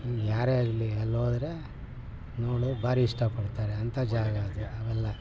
ಯಾರೇ ಆಗಲಿ ಅಲ್ಲೋದರೆ ನೋಡಿ ಭಾರಿ ಇಷ್ಟಪಡ್ತಾರೆ ಅಂತ ಜಾಗ ಅದು ಅವೆಲ್ಲ